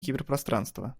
киберпространства